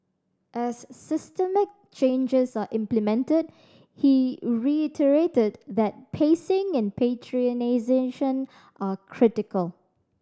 as systemic changes are implemented he reiterated that pacing and prioritisation are critical